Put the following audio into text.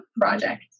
project